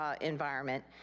Environment